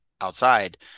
outside